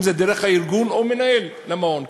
אם דרך הארגון או מנהל למעון.